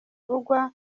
uvugwa